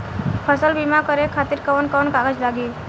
फसल बीमा करे खातिर कवन कवन कागज लागी?